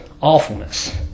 awfulness